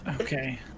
Okay